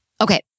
Okay